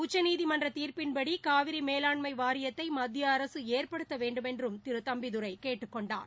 உச்சநீதிமன்ற தீர்ப்பின்படி காவிரி மேலாண்மை வாரியத்தை மத்திய அரசு ஏற்படுத்த வேண்டுமென்றும் திரு தம்பிதுரை கேட்டுக் கொண்டார்